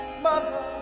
mother